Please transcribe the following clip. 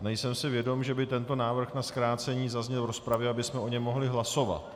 Nejsem si vědom, že tento návrh na zkrácení zazněl v rozpravě, abychom o něm mohli hlasovat.